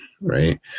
right